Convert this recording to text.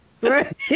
right